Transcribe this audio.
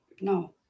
No